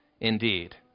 indeed